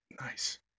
Nice